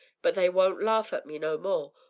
but they won't laugh at me no more,